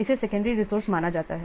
इसे secondary resource माना जाता है